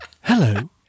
Hello